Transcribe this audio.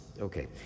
Okay